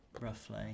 roughly